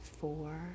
four